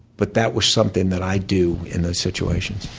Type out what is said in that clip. but that was something that i do in those situations.